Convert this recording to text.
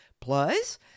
Plus